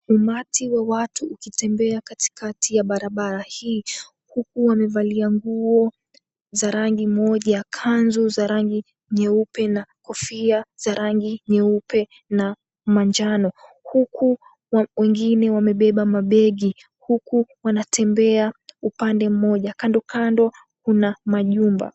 Umati wa watu ukitembea katikati ya barabara hii, huku amevalia nguo za rangi moja. Kanzu za rangi nyeupe na kofia za rangi nyeupe na manjano. Huku wengine wamebeba mabegi huku wanatembea upande mmoja. Kando kando kuna majumba.